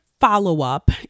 follow-up